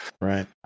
right